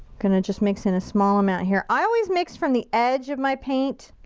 gonna just mix in a small amount here. i always mix from the edge of my paint.